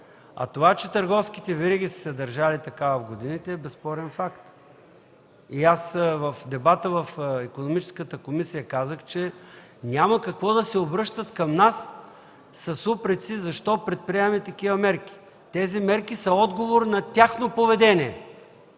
А това, че търговските вериги са се държали така през годините, е безспорен факт. В дебата в Икономическата комисия казах, че няма какво да се обръщат към нас с упреци защо предприемаме такива мерки, те са отговор на тяхно поведение.